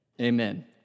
Amen